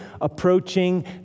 approaching